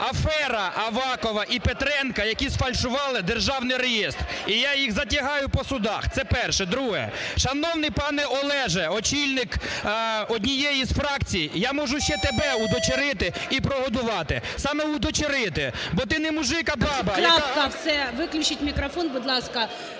афера Авакова і Петренка, які сфальшували державний реєстр. І я їх затягаю по судах. Це перше. Друге. Шановний пане Олеже, очільник однієї з фракцій, я можу ще тебе удочерити і прогодувати. Саме удочерити, бо ти не мужик, а баба, яка… ГОЛОВУЮЧИЙ. Крапка, все! Виключіть мікрофон, будь ласка.